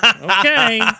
okay